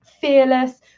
fearless